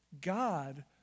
God